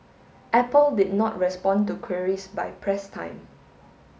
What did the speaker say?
apple did not respond to queries by press time